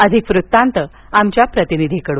अधिक वृत्तांत आमच्या प्रतिनिधीकडून